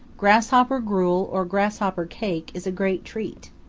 grasshopper gruel or grasshopper cake is a great treat.